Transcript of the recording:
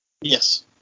Yes